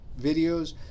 videos